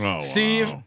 Steve